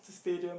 Stadium